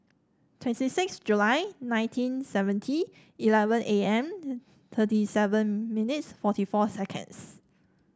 twenty six July nineteen seventy eleven A M thirty seven minutes forty four seconds